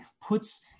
puts